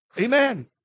Amen